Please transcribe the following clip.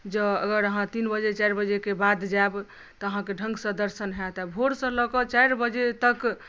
जऽ अगर आहाँ तीन बजे चारि बजेकेँ बाद जायब तऽ आहाँ कऽ ढंगसँ दर्शन होयत भोर से लऽ कऽ चारि बजे तक